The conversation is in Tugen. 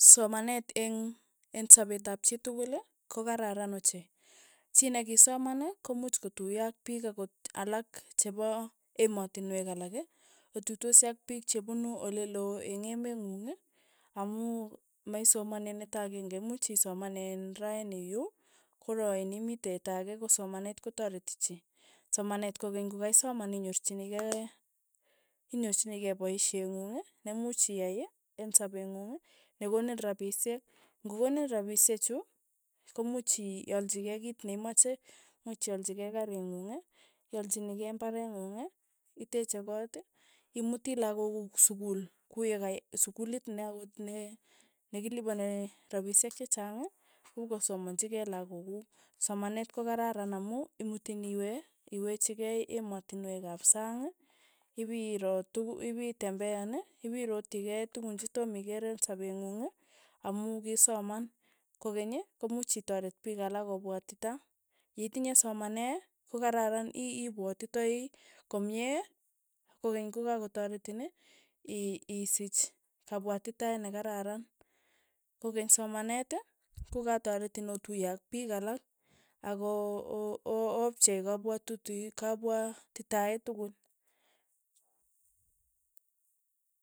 Somanet eng' eng' sapet ap chitukul ko kararan ochei, chi nekisoman ko muuch kotuiyo ak piik akot alak chepo emotinwek alak, otuitosi ak piik chepunu ole loo eng' emeeng'ung, amu maisomane netok akenge, mmuch isomanen raini yu, kora ain imitei eta ake ko somanet kotareti chi, somanet kokeny kokaisoman inyorchinikei inyorchinikei paisheng'ung nemuuch iyai eng' sapeeng'ung nekonin rapishek, ng'o konin rapishek chu, ko muuch ialchikei kit neimache, much ialchi kei kari ng'ung, ialchinikei imbaret ng'ung, iteche kot, imuti lakok kuk sukul ku ya ka sukulit ne akot ne nekilipani rapishek chechang kopkosomanchi kei lakok kuk, somanet ko kararan amu imutin iwe iwechikei emontinwek ap sang, ipiro tuk ipitembean, ipirotchi kei tukun chetom ikere eng' sapee ng'ung. amu kisoman, kokeny komuch itaret pik alak kopwatita, yeitinye somanee, ko kararan, ii- ipwatitai komie kokeny kokakoteretin i- isich kapwatitaet ne kararan, kokeny somanet ko kataretin otuye ak piik alak ako o- o- opchei kapwatuti kapwatitae tukul.